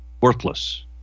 worthless